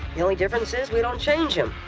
the only difference is we don't change him.